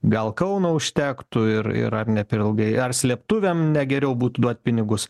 gal kauno užtektų ir ir ar ne per ilgai ar slėptuvėm ne geriau būtų duot pinigus